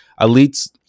elites